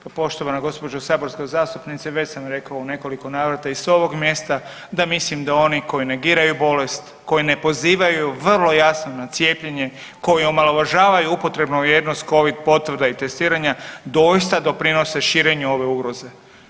Poštovana gospođo saborska zastupnice već sam rekao u nekoliko navrata i s ovog mjesta da mislim da oni koji negiranju bolest koji ne pozivaju vrlo jasno na cijepljenje, koji omalovažavaju upotrebnu vrijednost Covid potvrda i testiranja doista doprinose širenju ove ugroze.